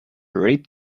ripe